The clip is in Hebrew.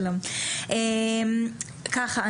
ככה,